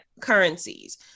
currencies